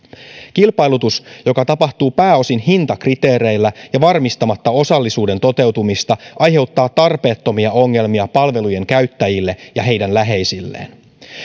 kilpailutus joka tapahtuu pääosin hintakriteereillä ja varmistamatta osallisuuden toteutumista aiheuttaa tarpeettomia ongelmia palvelujen käyttäjille ja heidän läheisilleen